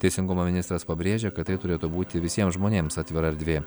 teisingumo ministras pabrėžė kad tai turėtų būti visiems žmonėms atvira erdvė